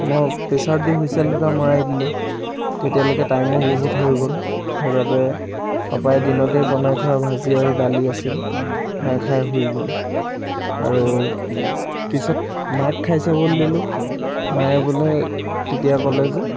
মই প্ৰেচাৰত দি হুচেইল দুটা মৰাই দিলোঁ তেতিয়ালৈকে টাইমো বহুত হৈ গ'ল সেইবাবে পাপাই দিনতে বনাই থোৱা ভাজি আৰু দালি আছিল সেয়া খাইয়ে শুই গ'ল আৰু পিছত মাক খাই চাবলৈ দিলোঁ মায়ে বোলে তেতিয়া ক'লে যে